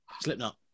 Slipknot